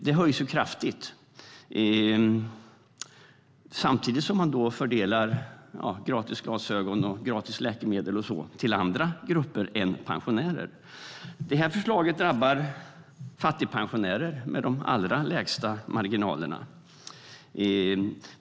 Det höjs kraftigt, samtidigt som man fördelar gratis glasögon, gratis läkemedel och så till andra grupper än pensionärer. Det här förslaget drabbar fattigpensionärer med de allra lägsta marginalerna.